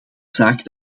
zaak